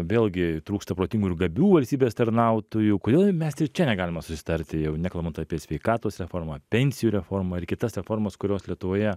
vėlgi trūksta protingų ir gabių valstybės tarnautojų kodėl mes ir čia negalime susitarti jau nekalbant apie sveikatos reformą pensijų reformą ir kitas reformas kurios lietuvoje